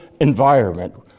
environment